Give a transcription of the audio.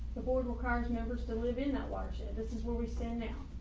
affordable cars members to live in that watershed. this is where we stand now,